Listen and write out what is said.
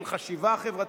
של חשיבה חברתית,